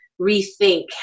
rethink